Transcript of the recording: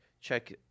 Check